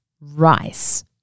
rice